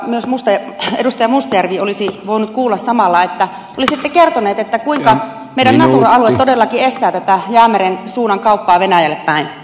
myös edustaja mustajärvi olisi voinut kuulla samalla kun hän olisi kertonut kuinka meidän natura alueemme todellakin estää tätä jäämeren suunnan kauppaa venäjälle päin